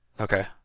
Okay